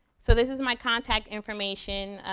so this is my contact information.